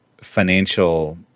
financial